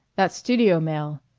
that's studio mail,